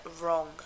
wrong